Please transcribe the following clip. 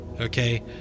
okay